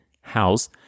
house